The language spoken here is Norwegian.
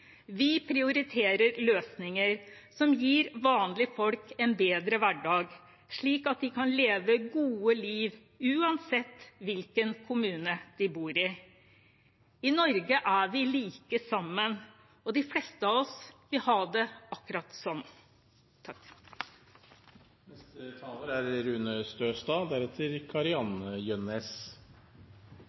Vi prioriterer løsninger som gir vanlige folk en bedre hverdag, slik at de kan leve et godt liv uansett hvilken kommune de bor i. I Norge er vi like sammen. De fleste av oss vil ha det akkurat slik. Det norske samfunnet er